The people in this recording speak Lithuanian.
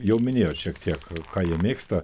jau minėjot šiek tiek ką jie mėgsta